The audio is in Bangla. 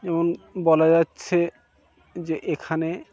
যেমন বলা যাচ্ছে যে এখানে